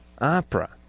Opera